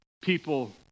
people